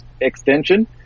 extension